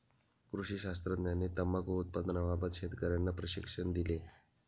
कृषी शास्त्रज्ञांनी तंबाखू उत्पादनाबाबत शेतकर्यांना प्रशिक्षण दिले